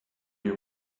you